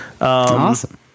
Awesome